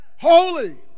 Holy